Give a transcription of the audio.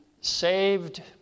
saved